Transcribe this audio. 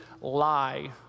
lie